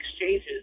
exchanges